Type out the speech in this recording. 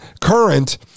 current